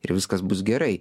ir viskas bus gerai